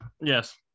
yes